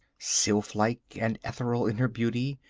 sylph-like and ethereal in her beauty,